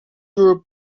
group